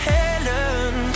Helen